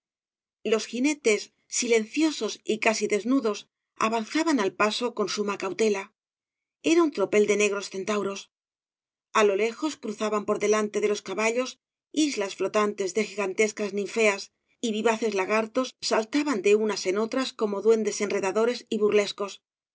los jinetes silenciosos y casi desnudos avanzaban al paso con suma cautela era un tropel de negros centauros á lo lejos cruzaban por delante de los caballos islas flotantes de gigantescas ninfeas y vivaces lagartos saltaban de unas en otras como duendes enreda dores y burlescos